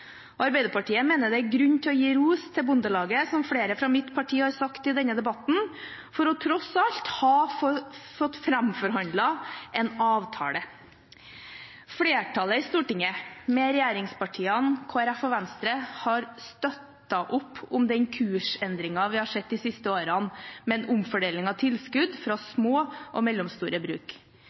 Arbeiderpartiet mener det er grunn til å gi ros til Bondelaget, som flere fra mitt parti har sagt i denne debatten, for tross alt å ha fått framforhandlet en avtale. Flertallet i Stortinget, med regjeringspartiene, Kristelig Folkeparti og Venstre, har støttet opp om den kursendringen vi har sett de siste årene, med en omfordeling av tilskudd fra små og mellomstore bruk.